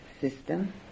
system